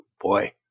boy